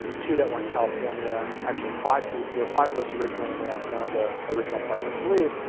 um two that were in california actually five people there were five of us originally and we asked one of the original partners to leave,